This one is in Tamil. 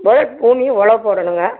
மொத ஊனி உழவு போடணும்ங்க